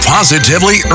Positively